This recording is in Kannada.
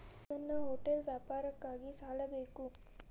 ನನ್ನ ಹೋಟೆಲ್ ವ್ಯಾಪಾರಕ್ಕಾಗಿ ಸಾಲ ಬೇಕು